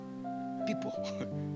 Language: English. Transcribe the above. People